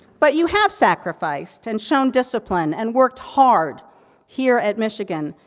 but, you have sacrificed, and shown discipline, and worked hard here at michigan.